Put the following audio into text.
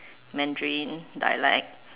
Mandarin dialect